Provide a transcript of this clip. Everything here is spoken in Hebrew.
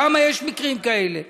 כמה מקרים כאלה יש?